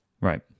Right